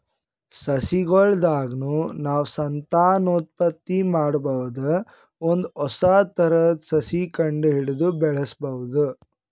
ಸಸಿಗೊಳ್ ದಾಗ್ನು ನಾವ್ ಸಂತಾನೋತ್ಪತ್ತಿ ಮಾಡಬಹುದ್ ಒಂದ್ ಹೊಸ ಥರದ್ ಸಸಿ ಕಂಡಹಿಡದು ಬೆಳ್ಸಬಹುದ್